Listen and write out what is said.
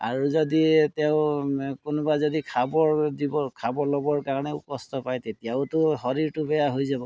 আৰু যদি তেওঁ কোনোবা যদি খাবৰ দিব খাব ল'বৰ কাৰণেও কষ্ট পায় তেতিয়াওতো শৰীৰটো বেয়া হৈ যাব